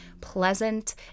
pleasant